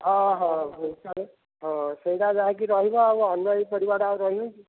ଓ ହୋ ବୋଇତାଳୁ ହଁ ସେଇଟା ଯାହାକି ରହିବ ଆଉ ଅନ୍ୟ ଏଇ ପରିବାଟା ଆଉ ରହିବ କି